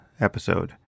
episode